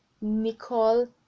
Nicole